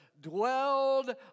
dwelled